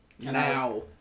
now